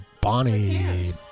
Bonnie